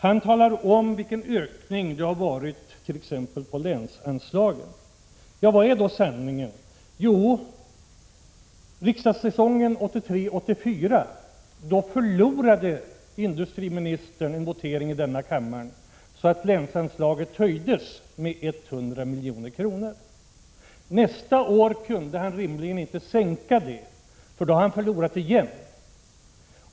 Han talar t.ex. om vilken ökning som skett av länsanslagen. Vad är då sanningen? Jo, under riksmötet 1983/84 förlorade industriministern en votering i denna kammare, vilket innebar att länsanslaget höjdes med 100 milj.kr. Nästa år kunde han rimligen inte sänka det, för då hade han förlorat igen.